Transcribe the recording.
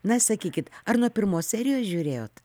na sakykit ar nuo pirmos serijos žiūrėjot